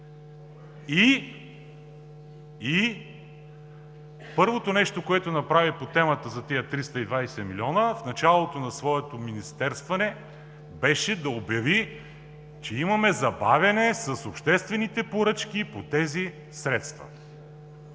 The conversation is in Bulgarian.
и първото нещо, което направи по темата за тези 320 милиона в началото на своето министерстване, беше да обяви, че имаме забавяне с обществените поръчки по тези средства.